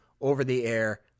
over-the-air